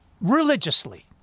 religiously